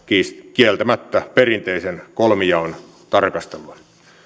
kieltämättä perinteisen kolmijaon tarkastelua